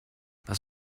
was